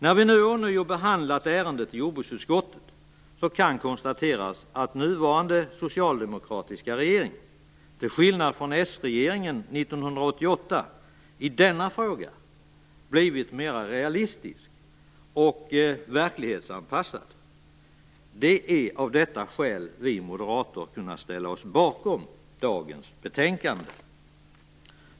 När vi ånyo behandlat ärendet i jordbruksutskottet kan konstateras att nuvarande socialdemokratiska regering, till skillnad från s-regeringen 1988, i denna fråga blivit mera realistisk och verklighetsanpassad. Det är av detta skäl vi moderater har kunnat ställa oss bakom dagens betänkande.